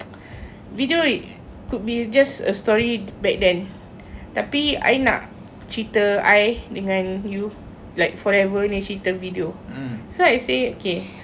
video could be just a story then tapi I nak cerita I dengan you like forever punya cerita video so I say okay